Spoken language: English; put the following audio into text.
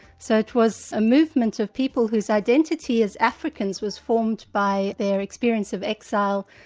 so it was a movement of people whose identity as africans was formed by their experience of exile,